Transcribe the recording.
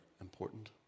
important